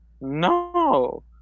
No